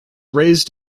raised